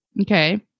Okay